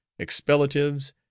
expellatives